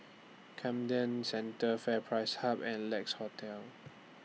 Camden Centre FairPrice Hub and Lex Hotel